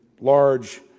large